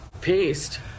paste